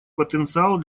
потенциал